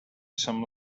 some